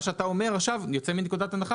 מה שאתה אומר עכשיו יוצא מנקודת הנחה